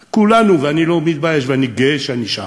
כולנו, ואני לא מתבייש, ואני גאה שאני שם,